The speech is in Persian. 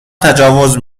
تجاوز